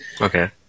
Okay